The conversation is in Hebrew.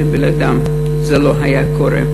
שבלעדיהם זה לא היה קורה,